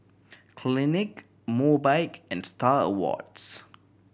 Clinique Mobike and Star Awards